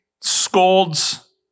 scolds